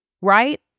right